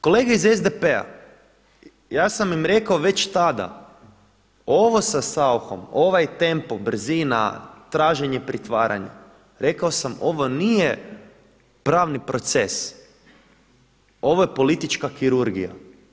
Kolege iz SDP-a, ja sam im rekao već tada, ovo sa Sauchom, ovaj tempo, brzina, traženje pritvaranja, rekao sam ovo nije pravni proces, ovo je politička kirurgija.